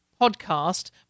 podcast